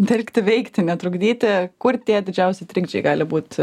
telkti veikti netrukdyti kur tie didžiausi trikdžiai gali būt